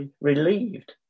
relieved